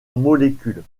molécules